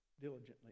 diligently